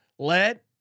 Let